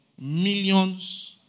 Millions